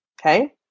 okay